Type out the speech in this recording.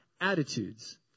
attitudes